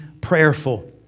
prayerful